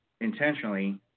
intentionally